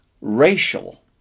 Racial